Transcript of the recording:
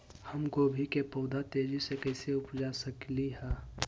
हम गोभी के पौधा तेजी से कैसे उपजा सकली ह?